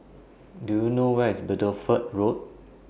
Do YOU know Where IS Bideford Road